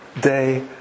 day